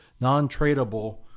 non-tradable